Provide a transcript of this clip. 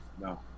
No